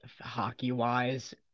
hockey-wise